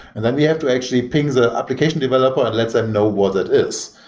and then we have to actually ping the application developer and let them know what it is.